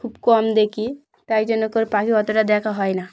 খুব কম দেখি তাই জন্য করে পাখি অতটা দেখা হয় না